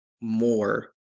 more